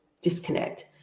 disconnect